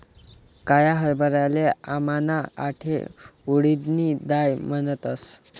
काया हरभराले आमना आठे उडीदनी दाय म्हणतस